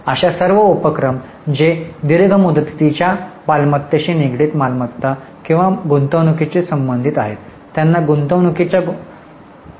अशा सर्व उपक्रम जे दीर्घ मुदतीच्या मालमत्तेशी निगडित मालमत्ता किंवा गुंतवणूकीशी संबंधित आहेत त्यांना गुंतवणूकीच्या गुंतवणूकीच्या कार्यात येथे समाविष्ट केले जाईल